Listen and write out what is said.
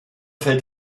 fällt